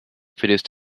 produced